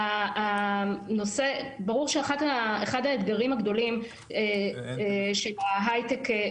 ברור שאחד האתגרים הגדולים של ההיי-טק,